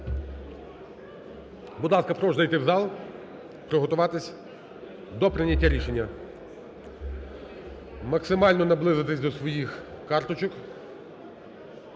Будь ласка, прошу зайти в зал, приготуватись до прийняття рішення, максимально наблизитись до своїх карточок.